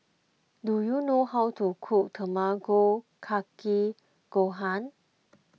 do you know how to cook Tamago Kake Gohan